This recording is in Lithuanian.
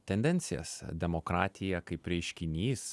tendencijas demokratija kaip reiškinys